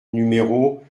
numéro